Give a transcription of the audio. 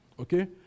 Okay